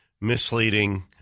misleading